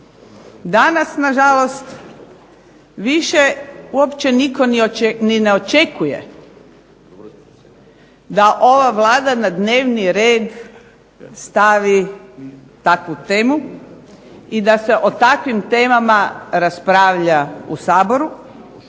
Danas nažalost više nitko uopće ni ne očekuje da ova Vlada na dnevni red stavi takvu temu i da se o takvim temama raspravlja u Saboru,